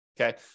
okay